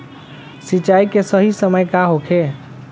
सिंचाई के सही समय का होखे?